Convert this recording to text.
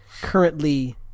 currently